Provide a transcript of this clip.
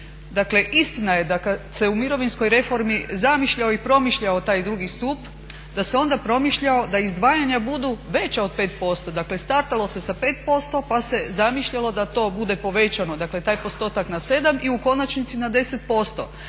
Dakle, istina je da kad se u mirovinskoj reformi zamišljao i promišljao taj drugi stup, da se onda promišljao da izdvajanja budu veća od 5%. Dakle, startalo se sa 5%, pa se zamišljalo da to bude povećano, dakle taj postotak na 7 i u konačnici na 10%.